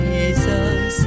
Jesus